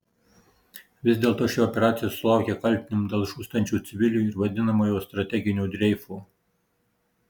vis dėlto ši operacija sulaukia kaltinimų dėl žūstančių civilių ir vadinamojo strateginio dreifo